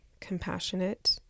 compassionate